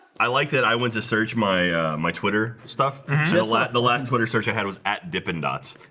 i liked it. i went to search my my twitter stuff the last twitter search i had was at dippin dots